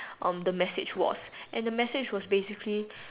the message was and the message was basically